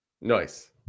Nice